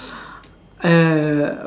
uh